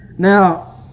Now